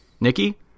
Nikki